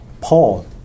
Paul